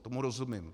Tomu rozumím.